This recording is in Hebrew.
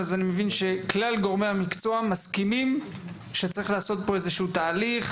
אני מבין שכלל גורמי המקצוע מסכימים שצריך לעשות פה תהליך,